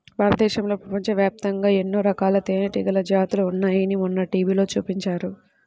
భారతదేశంలో, ప్రపంచవ్యాప్తంగా ఎన్నో రకాల తేనెటీగల జాతులు ఉన్నాయని మొన్న టీవీలో చూపించారు